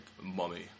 mummy